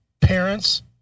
parents